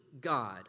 God